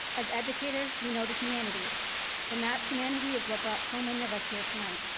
as educators, we know the humanities and that humanity is what brought so many of us here tonight.